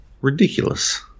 Ridiculous